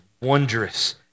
wondrous